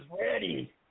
ready